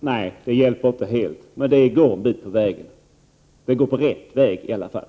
Herr talman! Nej, det hjälper inte helt, men det är en god bit på vägen. Det går i alla fall åt rätt håll.